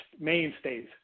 mainstays